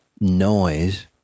noise